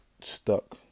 stuck